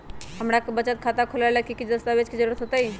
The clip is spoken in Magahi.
हमरा के बचत खाता खोलबाबे ला की की दस्तावेज के जरूरत होतई?